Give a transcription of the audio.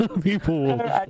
People